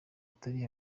atari